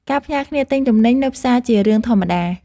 ការផ្ញើគ្នាទិញទំនិញនៅផ្សារជារឿងធម្មតា។